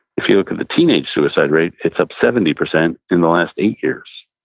if you look at the teenage suicide rate, it's up seventy percent in the last eight years.